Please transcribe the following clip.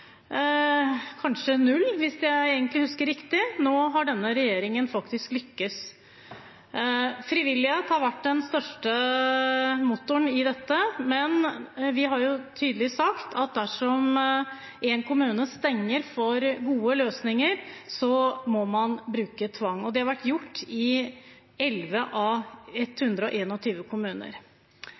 kanskje null, hvis jeg husker riktig. Nå har denne regjeringen lyktes. Frivillighet har vært den største motoren i dette, men vi har tydelig sagt at dersom én kommune stenger for gode løsninger, må man bruke tvang, og det har vært gjort i 11 av 121 kommuner.